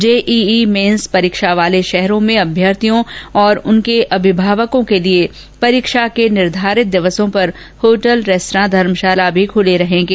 JEE main परीक्षा वाले शहरों में अम्यर्थियों और उनके अमिभावकों के लिए परीक्षा के निर्घारित दिवसों पर होटल रेस्त्रां धर्मशाला भी खूले रहेंगे